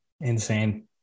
Insane